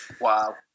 Wow